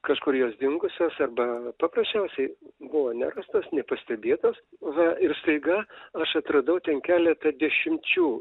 kažkur jos dingusios arba paprasčiausiai buvo nerastos nepastebėtos va ir staiga aš atradau ten keletą dešimčių